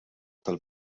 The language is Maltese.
tal